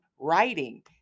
writing